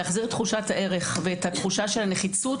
להחזיר את תחושת הערך ואת התחושה של הנחיצות,